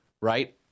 right